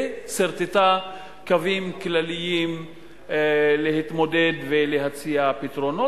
וסרטטה קווים כלליים להתמודד ולהציע פתרונות.